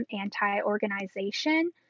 Anti-Organization